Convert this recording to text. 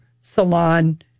salon